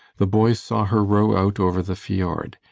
the boys saw her row out over the fiord.